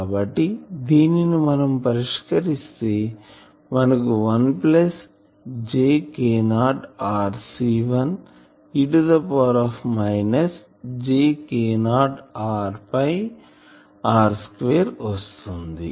కాబట్టి దీనిని మనం పరిష్కరిస్తే మనకు 1ప్లస్ J ko r C1 e power minus jko r r square వస్తుంది